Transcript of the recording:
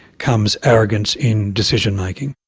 comes arrogance in decision-making.